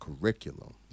curriculum